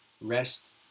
rest